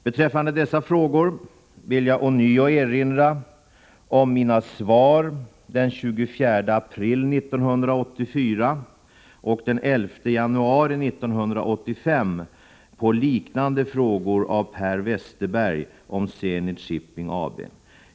Beträffande dessa frågor vill jag ånyo erinra om mina svar den 24 april 1984 och den 11 januari 1985 på liknande frågor av Per Westerberg om Zenit Shipping AB.